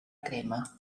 crema